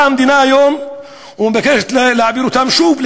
באה המדינה היום ומבקשת להעביר אותם שוב,